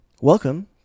Welcome